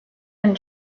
and